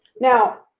now